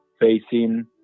facing